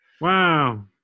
Wow